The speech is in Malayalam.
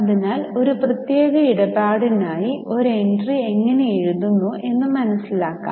അതിനാൽ ഒരു പ്രത്യേക ഇടപാടിനായി ഒരു എൻട്രി എങ്ങനെ എഴുതുന്നു എന്ന് മനസിലാക്കാം